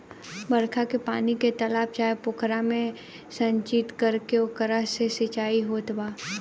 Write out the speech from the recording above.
बरखा के पानी के तालाब चाहे पोखरा में संचित करके ओकरा से सिंचाई होत बा